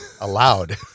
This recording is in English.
allowed